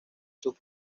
sus